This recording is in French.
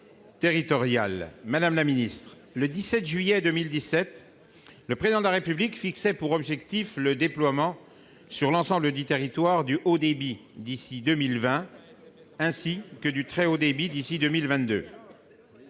Madame la ministre, le 17 juillet 2017, le Président de la République fixait pour objectif le déploiement sur l'ensemble du territoire du haut débit, d'ici à 2020, ainsi que du très haut débit d'ici à 2022.